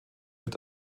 wird